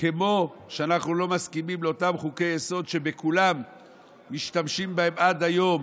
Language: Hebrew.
כמו שאנחנו לא מסכימים לאותם חוקי-יסוד שבכולם משתמשים עד היום